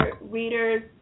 readers